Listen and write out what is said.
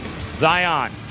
Zion